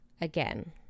again